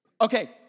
Okay